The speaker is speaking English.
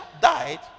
died